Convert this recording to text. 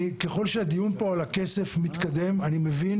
ככל שהדיון פה על הכסף מתקדם אני מבין